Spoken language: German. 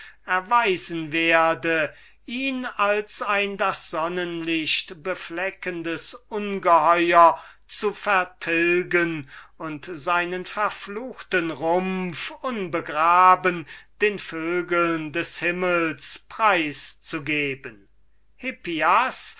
erweisen werde ihn als ein das sonnenlicht befleckendes ungeheuer zu vertilgen und seinen verfluchten rumpf unbegraben den vögeln des himmels preis zu geben